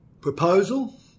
proposal